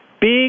Big